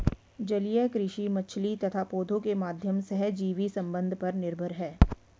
जलीय कृषि मछली तथा पौधों के माध्यम सहजीवी संबंध पर निर्भर है